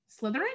Slytherin